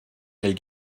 elle